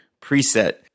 preset